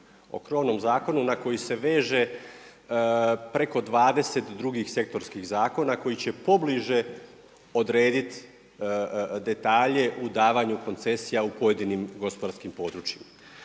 O krovnom zakonu na koji se veže preko 20 drugih sektorskih zakona, koji će pobliže odrediti detalje u davanju koncesija u pojedinim gospodarskim područjima.